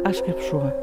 aš kaip šuo